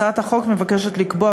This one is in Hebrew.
הצעת החוק מבקשת לקבוע,